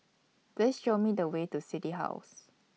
Please Show Me The Way to City House